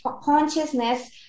consciousness